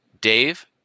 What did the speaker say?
Dave